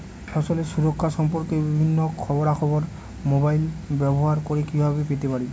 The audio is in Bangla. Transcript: ফসলের সুরক্ষা সম্পর্কে বিভিন্ন খবরা খবর মোবাইল ব্যবহার করে কিভাবে পেতে পারি?